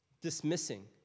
dismissing